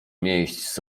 miejsc